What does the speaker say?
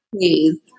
Please